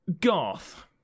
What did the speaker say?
Garth